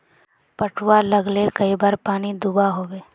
पटवा लगाले कई बार पानी दुबा होबे?